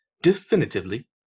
Definitively